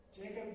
Jacob